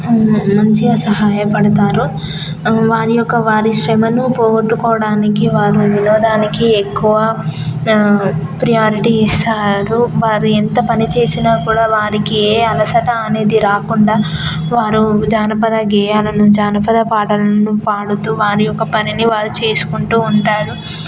మంచిగా సహాయపడుతారు వారి యొక్క వారి శ్రమను పోగొట్టుకోడానికి వారు వినోదాన్నికి ఎక్కువ ప్రియారిటి ఇస్తారు వారి ఎంత పని చేసినా కూడా వారికి ఏ అలసట అనేది రాకుండా వారు జానపద గేయాలను జానపద పాటలను పాడుతూ వారి యొక్క పనిని వారు చేసుకుంటూ ఉంటారు